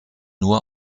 nur